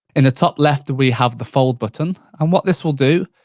in the top left we have the fold button, and what this will do,